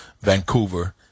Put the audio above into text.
Vancouver